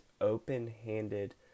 open-handed